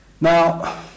now